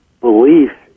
belief